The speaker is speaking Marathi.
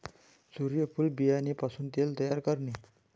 सूर्यफूल बियाणे पासून तेल तयार करणे